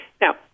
Now